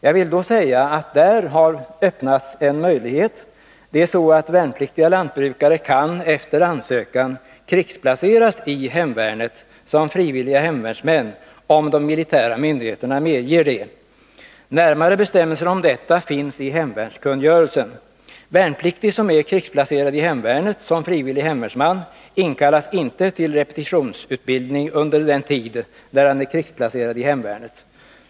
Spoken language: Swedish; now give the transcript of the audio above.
Beträffande den sistnämnda utbildningen kan värnpliktiga lantbrukare numera efter ansökan krigsplaceras i hemvärnet som frivilliga hemvärnsmän, om de militära myndigheterna medger det. Närmare bestämmelser om detta finns i hemvärnskungörelsen. Värnpliktig som är krigsplacerad i hemvärnet som frivillig hemvärnsman inkallas inte till repetitionsutbildning under den tid då han är krigsplacerad i hemvärnet.